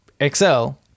Excel